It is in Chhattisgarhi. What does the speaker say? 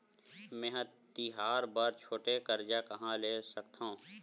मेंहा तिहार बर छोटे कर्जा कहाँ ले सकथव?